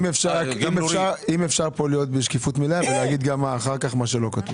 אם אפשר להיות פה בשקיפות מלאה ולומר גם אחר כך מה שלא כתוב.